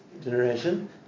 generation